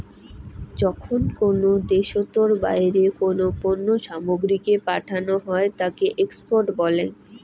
যখন কোনো দ্যাশোতর বাইরে কোনো পণ্য সামগ্রীকে পাঠানো হই তাকে এক্সপোর্ট বলাঙ